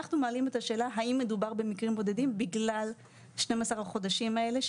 אנחנו מעלים את השאלה האם מדובר במקרים בודדים בגלל 12 החודשים האלה.